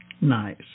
Nice